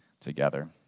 together